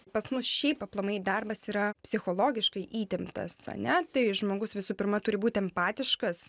pas mus šiaip aplamai darbas yra psichologiškai įtemptas ane tai žmogus visų pirma turi būti empatiškas